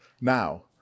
Now